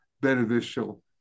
beneficial